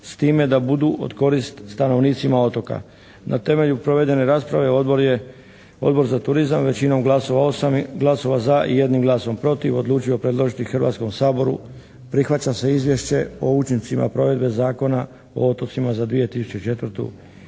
s time da budu od korist stanovnicima otoka. Na temelju provedene rasprave Odbor za turizma većinom glasova, 8 glasova za i 1 glasom protiv odlučio predložiti Hrvatskom saboru: Prihvaća se izvješće o učincima provedbe Zakona o otocima za 2004. i